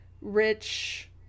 rich